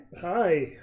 Hi